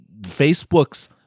Facebook's